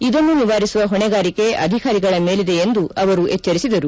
ಇದನ್ನು ನಿವಾರಿಸುವ ಹೊಣೆಗಾರಿಕೆ ಅಧಿಕಾರಿಗಳ ಮೇಲಿದೆ ಎಂದು ಅವರು ಎಚ್ಚರಿಸಿದರು